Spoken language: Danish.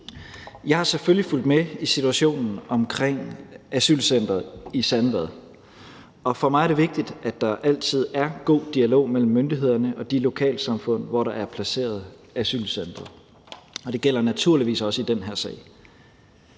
Jeg har selvfølgelig fulgt med i situationen omkring asylcenteret i Sandvad, og for mig er det vigtigt, at der altid er god dialog mellem myndighederne og de lokalsamfund, hvor der er placeret et asylcenter, og det gælder naturligvis også i den her sag.